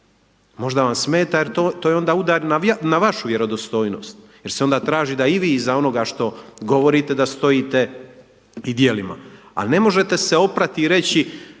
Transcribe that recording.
možda vam smeta jer to je onda udar na vašu vjerodostojnost jer se onda traži da i vi iza onoga što govorite da stojite i djelima. Ali ne možete se oprati i reći